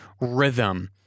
rhythm